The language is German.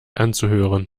anzuhören